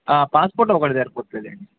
passport ఒకటిది ఏర్పోతదండి